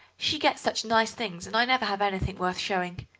she gets such nice things, and i never have anything worth showing.